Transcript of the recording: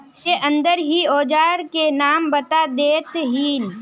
के अंदर ही औजार के नाम बता देतहिन?